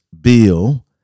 bill